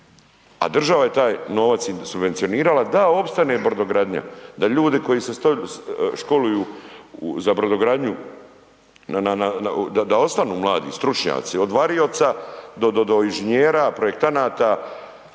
A država je taj novac subvencionirala da opstane brodogradnja, da ljudi koji se školuju za brodogradnju da ostaju mladi, stručnjaci, od varioca, do inženjera, projektanata,